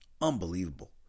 Unbelievable